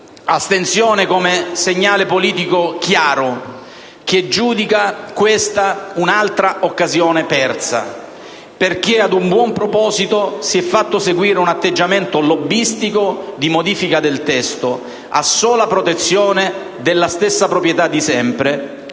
Astensione come segnale politico chiaro, che giudica questa un'altra occasione persa, perché ad un buon proposito si è fatto seguire un atteggiamento lobbistico di modifica del testo, a sola protezione della stessa proprietà di sempre